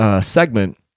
segment